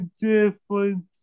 difference